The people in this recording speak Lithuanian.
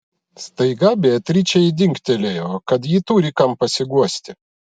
staiga beatričei dingtelėjo kad ji turi kam pasiguosti